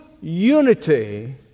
unity